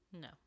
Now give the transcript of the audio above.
No